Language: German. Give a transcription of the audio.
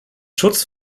schutz